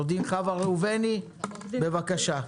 בבקשה.